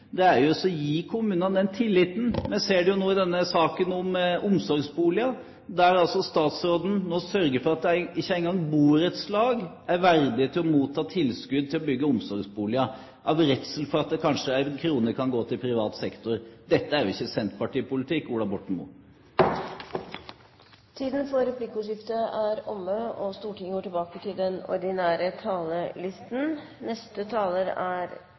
er jo å gi kommunene den tilliten. Vi ser det jo nå i denne saken om omsorgsboliger, der altså statsråden sørger for at ikke engang borettslag er verdige til å motta tilskudd til å bygge omsorgsboliger av redsel for at kanskje en krone kan gå til privat sektor. Dette er jo ikke senterpartipolitikk, Ola Borten Moe! Replikkordskiftet er dermed omme. Det er vel kanskje ingen debatter der forskjellen mellom høyresidens og venstresidens faktiske prioriteringer er